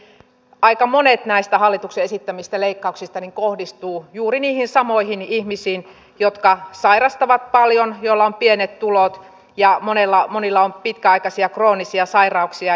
ja niin kuin täällä kuultiin aika monet näistä hallituksen esittämistä leikkauksista kohdistuvat juuri niihin samoihin ihmisiin jotka sairastavat paljon joilla on pienet tulot ja monilla on pitkäaikaisia kroonisia sairauksia